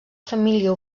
família